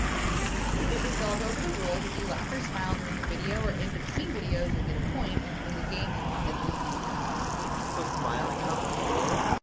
i'm ready. so, i'll go over the rules. if you laugh or smile during a video or in between videos, you'll get a point and to win the game, you want as least points as possible. so smiling counts too?